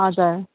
हजुर